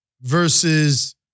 Versus